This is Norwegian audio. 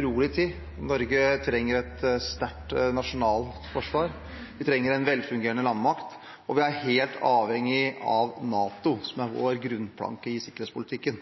urolig tid. Norge trenger et sterkt nasjonalt forsvar. Vi trenger en velfungerende landmakt, og vi er helt avhengige av NATO, som er vår grunnplanke i sikkerhetspolitikken.